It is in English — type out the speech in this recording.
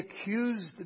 accused